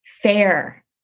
fair